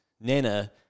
Nana